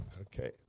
Okay